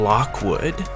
Lockwood